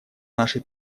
нашей